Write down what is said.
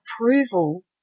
approval